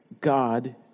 God